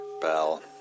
Bell